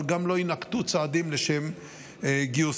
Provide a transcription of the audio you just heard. אבל גם לא יינקטו צעדים לשם גיוסם.